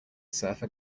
surfer